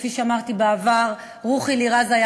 וכפי שאמרתי בעבר: רוחי לעזה,